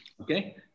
Okay